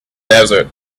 desert